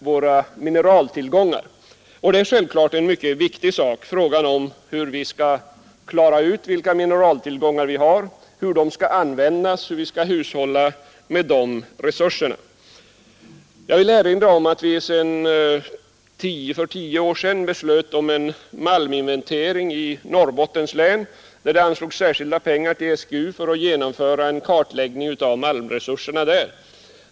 Självfallet är det mycket viktigt att klara ut vilka mineraltillgångar vi har, hur de skall användas och hur vi skall hushålla med dessa resurser. Jag vill erinra om att vi för tio år sedan beslöt om en malminventering i Norrbottens län och anslog pengar till SGU för att genomföra en kartläggning av malmresurserna där.